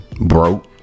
broke